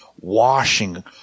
washing